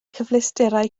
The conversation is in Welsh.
cyfleusterau